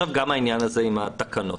גם העניין עם התקנות